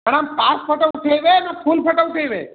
madam pass photo ଉଠେଇବେ ନା full photo ଉଠେଇବେ